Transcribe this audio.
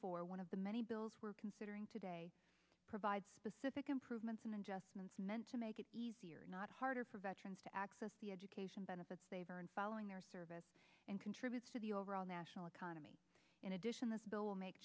four one of the many bills we're considering today provides specific improvements in adjustments meant to make it easier not harder for veterans to access the education benefits they've earned following their service and contribute to the overall national economy in addition this bill will make